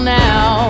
now